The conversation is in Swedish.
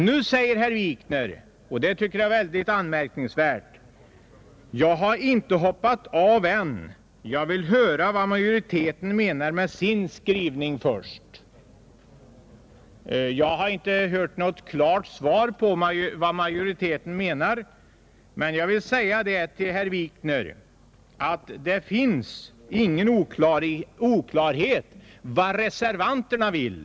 Nu säger herr Wikner — och det tycker jag är mycket anmärkningsvärt: Jag har inte hoppat av än; jag vill först höra vad majoriteten menar med sin skrivning, Jag har inte hört att det lämnats något klart besked om vad majoriteten menar, men jag vill säga till herr Wikner att det inte är oklart vad reservanterna vill.